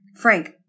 Frank